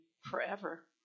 forever